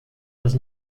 does